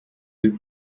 fut